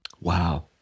Wow